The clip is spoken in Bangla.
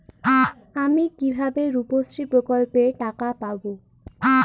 আমি কিভাবে রুপশ্রী প্রকল্পের টাকা পাবো?